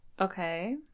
Okay